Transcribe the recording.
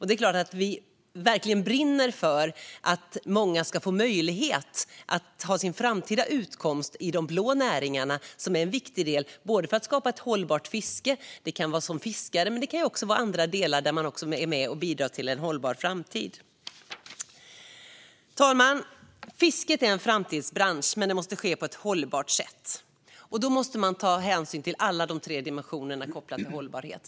Det är klart att vi verkligen brinner för att många ska få möjlighet att ha sin framtida utkomst i de blå näringarna, som är viktiga för att skapa ett hållbart fiske eller i andra delar för att bidra till en hållbar framtid. Fru talman! Fisket är en framtidsbransch, men fisket måste ske på ett hållbart sätt. Då måste man ta hänsyn till alla de tre dimensionerna som är kopplade till hållbarhet.